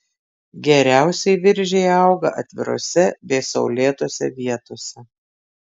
geriausiai viržiai auga atvirose bei saulėtose vietose